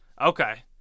Okay